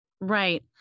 Right